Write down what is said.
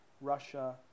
Russia